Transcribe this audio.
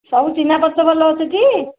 ସବୁ ଚିହ୍ନା ପରିଚୟ ଭଲ ଅଛି ଟି